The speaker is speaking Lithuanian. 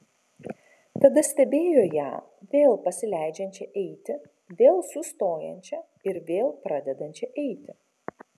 tada stebėjo ją vėl pasileidžiančią eiti vėl sustojančią ir vėl pradedančią eiti